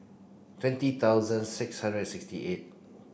twenty thousand six hundred sixty eight